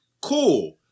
Cool